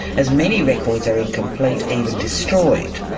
as many records are incomplete, even destroyed.